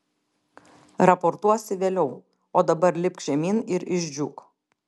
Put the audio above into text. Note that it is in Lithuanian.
raportuosi vėliau o dabar lipk žemyn ir išdžiūk